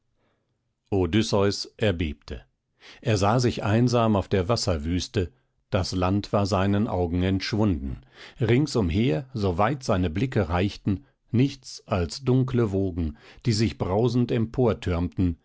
odysseus erbebte er sah sich einsam auf der wasserwüste das land war seinen augen entschwunden rings umher so weit seine blicke reichten nichts als dunkle wogen die sich brausend